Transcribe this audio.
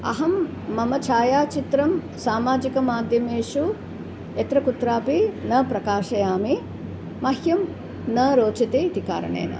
अहं मम छायाचित्रं सामाजिकमाध्यमेषु यत्र कुत्रापि न प्रकाशयामि मह्यं न रोचते इति कारणेन